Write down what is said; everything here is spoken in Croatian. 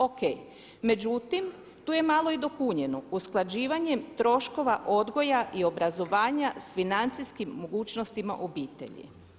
Ok, međutim tu je malo i dopunjeno, usklađivanjem troškova odgoja i obrazovanja s financijskim mogućnostima obitelji.